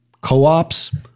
co-ops